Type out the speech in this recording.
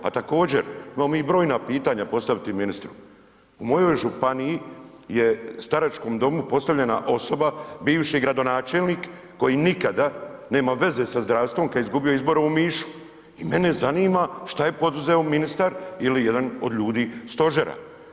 A također imamo mi brojna pitanja postaviti ministru, u mojoj županiji u staračkom domu postavljena osoba bivši gradonačelnik koji nikada nema veze sa zdravstvom kada je izgubio izbore u Omišu i mene zanima šta je poduzeo ministar ili jedan od ljudi stožera?